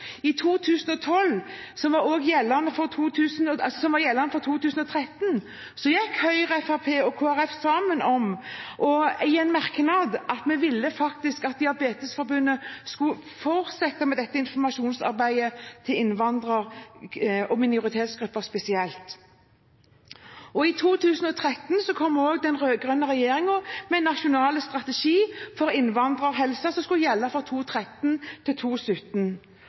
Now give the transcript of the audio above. som var gjeldende for 2013, gikk Høyre, Fremskrittspartiet og Kristelig Folkeparti i en merknad sammen om at Diabetesforbundet skulle fortsette med dette informasjonsarbeidet, spesielt for innvandrer- og minoritetsgrupper. I 2013 kom også den rød-grønne regjeringen med en nasjonal strategi for innvandrerhelse som skulle gjelde